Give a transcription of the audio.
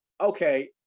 okay